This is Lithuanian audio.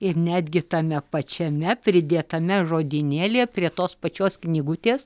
ir netgi tame pačiame pridėtame žodynėlyje prie tos pačios knygutės